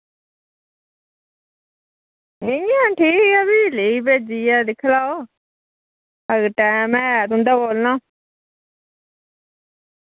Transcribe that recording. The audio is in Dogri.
इ'य्यां ठीक ऐ फ्ही लीव भेजियै दिक्ख लाओ अगर टैम है तुं'दे कोल ना